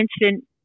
incident